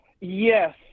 Yes